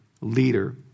leader